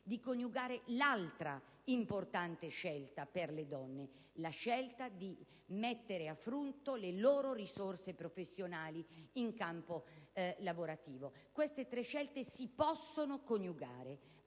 di coniugare l'altra importante scelta per le donne: mettere a frutto le loro risorse professionali in campo lavorativo. Queste tre scelte si possono coniugare: